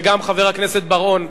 וגם חבר הכנסת בר-און.